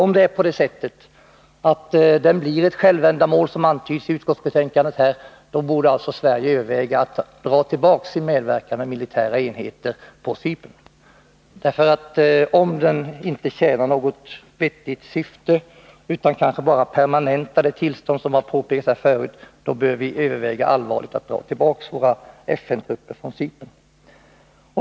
Om det är på det sättet att den har blivit ett självändamål, som antyds i utskottsbetänkandet, borde Sverige överväga att dra tillbaka sin medverkan med militära enheter på Cypern. Om den inte tjänar något vettigt syfte, utan kanske bara permanentar ett tillstånd, vilket har påpekats här tidigare, då bör vi allvarligt överväga att dra tillbaka våra FN-trupper från Cypern.